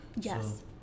Yes